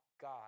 God